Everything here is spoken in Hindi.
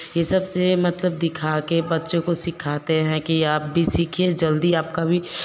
ये सबसे मतलब दिखा के बच्चों को सिखाते हैं कि आप भी सीखिए जल्दी आपका भी